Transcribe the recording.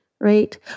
right